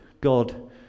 God